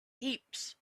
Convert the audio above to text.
heaps